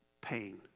pain